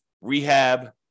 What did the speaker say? rehab